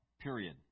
Period